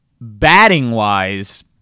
batting-wise